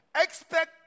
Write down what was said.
Expect